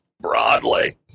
broadly